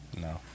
No